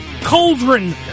cauldron